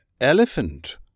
elephant